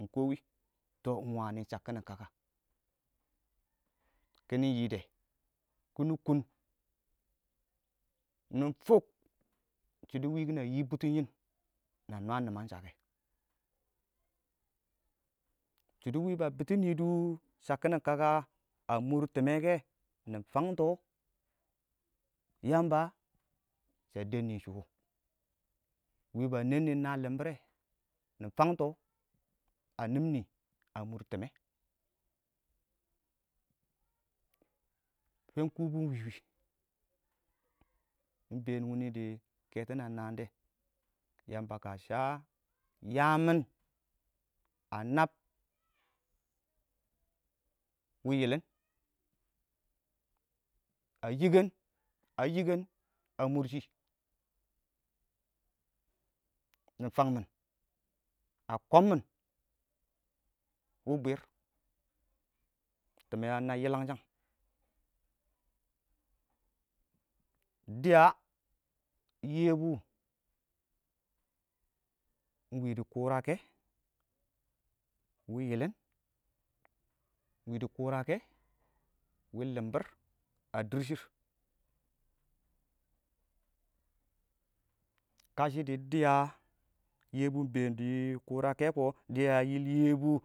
ingkɔ wɪɪn tɔ iɪng wani shakkin kaka kiɪnɪ yide kiɪnɪ kʊn nɪ fuk shɪidɛ nɪ kɪ na yiim butɔ yɪn na nwaam nimnasha kɛ shɪidɛ wɪɪn ba bittɔ nidu shakkin kaka a mʊr tɪmmɛ kɛ nɪ fangts Yamba sha dəbmi shʊ wɔ wɪɪn ba nenni ingna libbirre nɪ fanigtɔ a nimni a mʊr tɪmmɛ, fangkwibir ingwiwi ingbeen wini keto na ingbɛɛn ɛini keto na naandɛ yamba kə sha yaam mɪn a nabbʊ wɪɪn yɪlɪn a yikən ayikən a kʊrshi nɪ fang mɪn a kobmin wɪɪn bwir tɪmmɛ anab yilangshang dɪya yɛbʊ ingwi dɪ kʊrake wɪɪn yɪlɪn wɪɪn si kʊkake wɪɪn limbir a dirrr shɪrr kashɪ dɪ dɪya yɛbʊ ingbeen dɪ kʊrake kɔ dɪya yɪl yɛbʊ